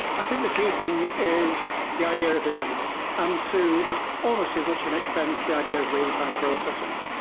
i think the key thing is the idea of events, and to almost as much of an extent, the idea of real-time processing.